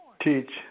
Teach